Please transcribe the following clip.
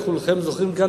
וכולכם זוכרים כאן,